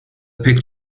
pek